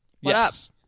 Yes